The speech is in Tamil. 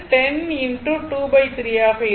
எனவே இது 10⅔ ஆக இருக்கும்